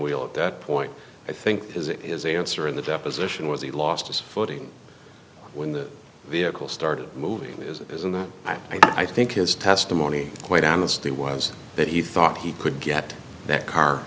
wheel at that point i think is a answer in the deposition was he lost his footing when the vehicle started moving as it is and i think his testimony quite honestly was that he thought he could get that car